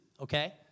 okay